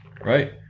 right